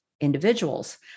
individuals